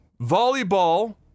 volleyball